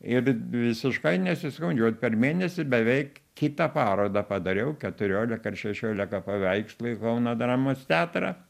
ir visiškai nesiskundžiu per mėnesį beveik kitą parodą padariau keturiolika ar šešiolika paveikslų į kauno dramos teatrą